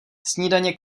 snídaně